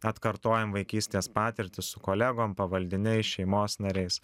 atkartojam vaikystės patirtį su kolegom pavaldiniais šeimos nariais